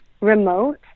remote